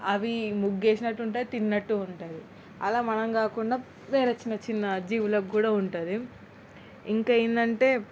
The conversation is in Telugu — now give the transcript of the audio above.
అవి ముగ్గు వేసినట్టు ఉంటుంది తిన్నట్టు ఉంటుంది అలా మనం కాకుండా వేరే చిన్న చిన్న జీవులకు కూడా ఉంటుంది ఇంకా ఏంటంటే